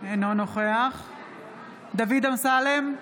אינו נוכח דוד אמסלם,